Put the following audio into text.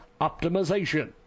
optimization